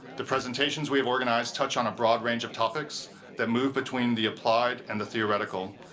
the presentations we have organized touch on a broad range of topics that move between the applied and the theoretical,